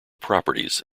properties